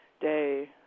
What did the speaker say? day